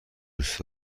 دوست